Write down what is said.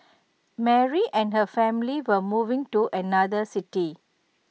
Mary and her family were moving to another city